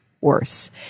worse